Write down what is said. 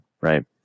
right